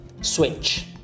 switch